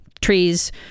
trees